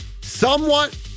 somewhat